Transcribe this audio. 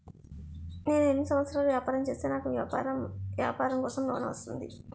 నేను ఎన్ని సంవత్సరాలు వ్యాపారం చేస్తే నాకు వ్యాపారం కోసం లోన్ వస్తుంది?